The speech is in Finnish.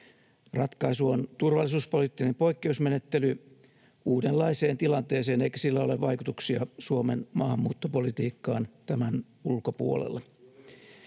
Ratkaisu on turvallisuuspoliittinen poikkeusmenettely uudenlaiseen tilanteeseen, eikä sillä ole vaikutuksia Suomen maahanmuuttopolitiikkaan tämän ulkopuolella.